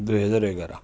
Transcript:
दुई हजार एघार